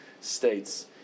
states